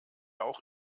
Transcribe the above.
auch